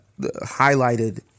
highlighted